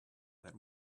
that